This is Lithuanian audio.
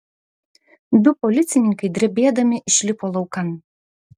du policininkai drebėdami išlipo laukan